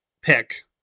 pick